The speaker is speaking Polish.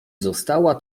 została